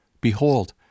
Behold